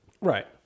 Right